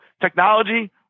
technology